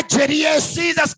Jesus